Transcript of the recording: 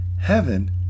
heaven